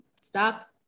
stop